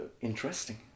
interesting